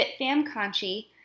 fitfamconchi